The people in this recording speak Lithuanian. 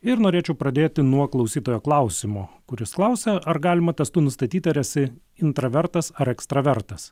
ir norėčiau pradėti nuo klausytojo klausimo kuris klausia ar galima testu nustatyti ar esi intravertas ar ekstravertas